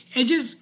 edges